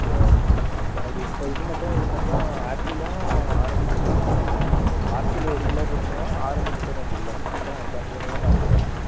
சரிண்ணா எனக்கு இப்போதைக்கு மட்டும் இதை மட்டும் ஆப்பிளும் ஆரஞ்சு மட்டும் ஆப்பிள் ஒரு கிலோ போட்டிருங்க ஆரஞ்சு மட்டும் ரெண்டு கிலோ தனித்தனியாக பேக் பண்ணிவிடுங்கண்ணா